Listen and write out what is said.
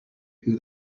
who